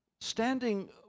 Standing